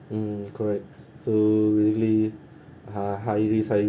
mm correct so really uh high risk high